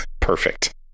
perfect